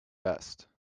vest